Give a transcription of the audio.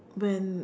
when